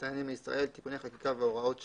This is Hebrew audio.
מסתננים מישראל (תיקוני חקיקה והוראות שעה)